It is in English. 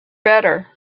better